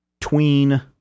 tween